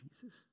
Jesus